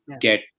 get